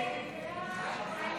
הסתייגות 36 לא נתקבלה.